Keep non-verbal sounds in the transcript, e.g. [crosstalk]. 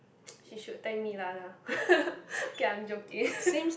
[noise] she should thank me lah lah [laughs] okay I am joking [laughs]